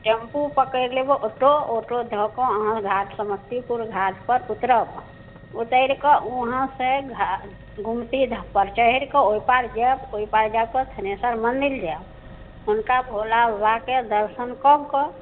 tempo पकैड़ लेब ओत ऑटो धऽ कऽ अहाँ घाट समस्तीपुर घाट पर उतरब उतरि कऽ वहाँ से घाट गुमटी पर चहैरि कऽ ओहि पार जायब ओहि पार जाक धनेश्वर मन्दिर जायब हुनका भोला बाबाके दर्शन कऽ कऽ